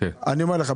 אני אומר לך,